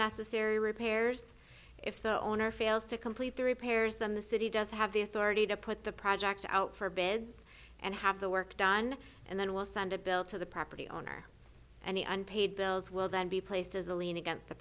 necessary repairs if the owner fails to complete the repairs then the city does have the authority to put the project out for beds and have the work done and then we'll send a bill to the property owner and the unpaid bills will then be placed as a lien against the